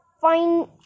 fine